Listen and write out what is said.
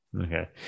Okay